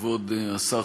כבוד השר,